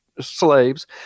slaves